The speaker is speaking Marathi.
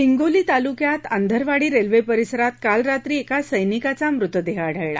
हिंगोली तालुक्यात आंधरवाडी रेल्वे परिसरात काल रात्री एका सैनिकाचा मृतदेह आढळला